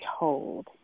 told